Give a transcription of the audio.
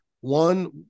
One